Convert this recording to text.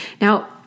Now